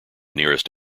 nearest